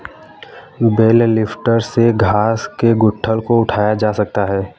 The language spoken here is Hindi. बेल लिफ्टर से घास के गट्ठल को उठाया जा सकता है